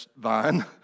vine